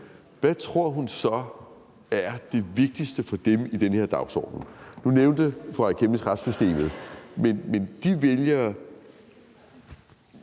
hvad tror hun så er det vigtigste for dem i den her dagsorden? Nu nævnte fru Aaja Chemnitz retssystemet. Men hvad er